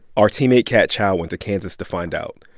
our teammate kat chow went to kansas to find out,